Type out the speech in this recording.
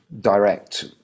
direct